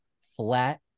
flat